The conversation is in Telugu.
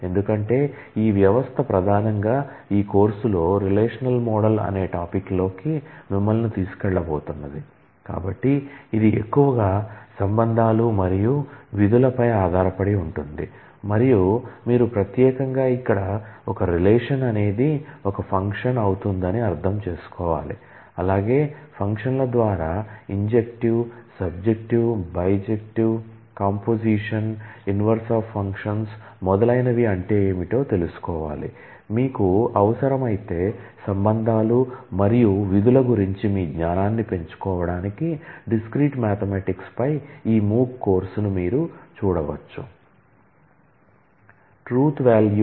ఎందుకంటే ఈ వ్యవస్థ ప్రధానంగా ఈ కోర్సులో రిలేషనల్ మోడల్ పై ఈ MOOC కోర్సును మీరు చూడవచ్చు